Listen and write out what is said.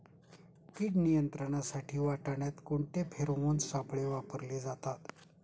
कीड नियंत्रणासाठी वाटाण्यात कोणते फेरोमोन सापळे वापरले जातात?